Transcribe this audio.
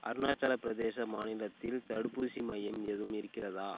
அருணாச்சல பிரதேச மாநிலத்தில் தடுப்பூசி மையம் எதுவும் இருக்கிறதா